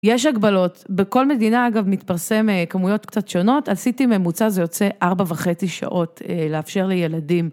יש הגבלות. בכל מדינה, אגב, מתפרסם כמויות קצת שונות. עשיתי ממוצע, זה יוצא ארבע וחצי שעות, לאפשר לילדים.